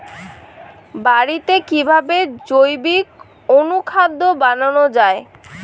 বাড়িতে কিভাবে জৈবিক অনুখাদ্য বানানো যায়?